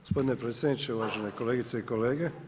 Gospodine predsjedniče, uvažene kolegice i kolege.